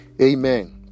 Amen